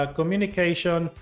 communication